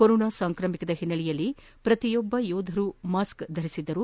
corona ಸಾಂಕ್ರಾಮಿಕದ ಹಿನ್ನೆಲೆಯಲ್ಲಿ ಪ್ರತಿಯೊಬ್ಲ ಯೋಧರೂ ಮಾಸ್ಗೆ ಧರಿಸಿದ್ದರು